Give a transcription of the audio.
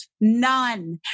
None